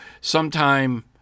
sometime